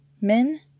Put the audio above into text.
men